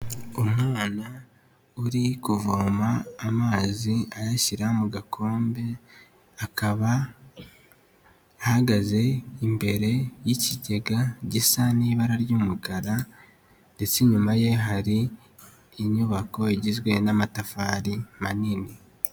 Umwana uri kuvoma amazi ayashyira mu gakombe akaba ahagaze imbere y'ikigega gisa n'ibara ry'umukara ndetse inyuma ye hari inyubako igizwe n'amatafari manini.